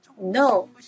No